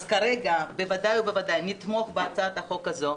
אז כרגע בוודאי ובוודאי שנתמוך בהצעת החוק הזו,